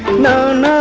known